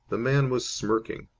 the man was smirking.